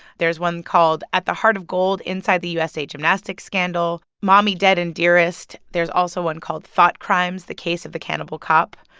there's one called at the heart of gold inside the usa gymnastics scandal, mommy dead and dearest. there's also one called thought crimes the case of the cannibal cop.